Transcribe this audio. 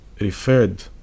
referred